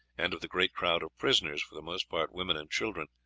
and of the great crowd of prisoners, for the most part women and children,